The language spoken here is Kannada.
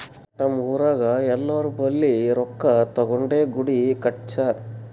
ನಮ್ ಊರಾಗ್ ಎಲ್ಲೋರ್ ಬಲ್ಲಿ ರೊಕ್ಕಾ ತಗೊಂಡೇ ಗುಡಿ ಕಟ್ಸ್ಯಾರ್